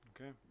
Okay